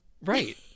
right